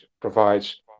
provides